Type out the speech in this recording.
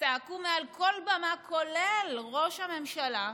צעקו מעל כל במה, כולל ראש הממשלה,